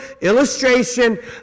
illustration